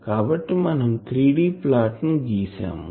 కాబట్టి మనం 3D plot ని గీసాము